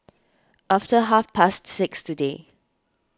after half past six today